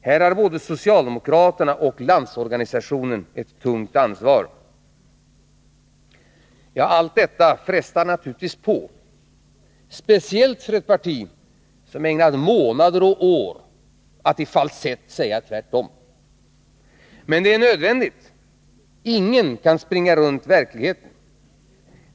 Här har både socialdemokraterna och Landsorganisationen ett tungt ansvar. Allt detta frestar naturligtvis på — speciellt för ett parti som ägnat månader och år åt att i falsett säga tvärtom. Men det är nödvändigt. Ingen kan springa runt verkligheten.